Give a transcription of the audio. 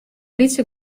lytse